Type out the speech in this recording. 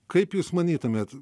kaip jūs manytumėt